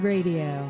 Radio